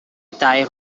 tide